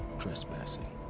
trespassing.